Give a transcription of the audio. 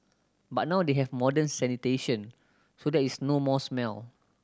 but now they have modern sanitation so there is no more smell